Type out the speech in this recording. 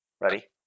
Ready